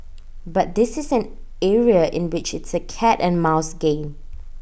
but this is an area in which it's A cat and mouse game